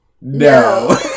No